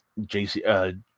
JC